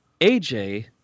AJ